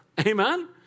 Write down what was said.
Amen